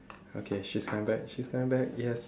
okay she's coming back she's coming back yes